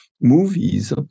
movies